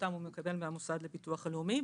שאותם הוא מקבל מהמוסד לביטוח הלאומי,